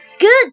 Good